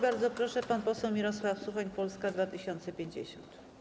Bardzo proszę, pan poseł Mirosław Suchoń, Polska 2050.